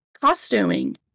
costuming